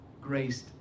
graced